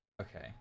Okay